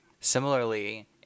Similarly